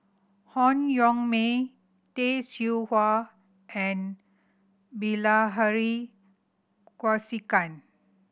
Han Yong May Tay Seow Huah and Bilahari Kausikan